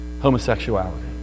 homosexuality